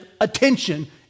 attention